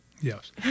Yes